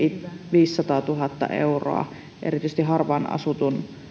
viisisataatuhatta euroa erityisesti harvaan asuttujen